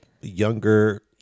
younger